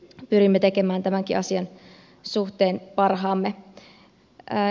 pyrimme tekemään tämänkin asian suhteen parhaamme